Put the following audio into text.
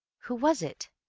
who was it?